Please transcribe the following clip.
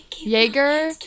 Jaeger